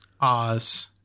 Oz